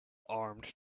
armed